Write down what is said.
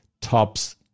tops